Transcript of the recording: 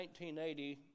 1980